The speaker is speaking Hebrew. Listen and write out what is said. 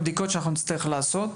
הבדיקות שאנחנו נצטרך לעשות.